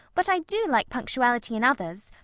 but i do like punctuality in others,